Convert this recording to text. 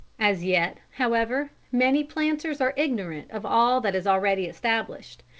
as yet, however, many planters are ignorant of all that is already established,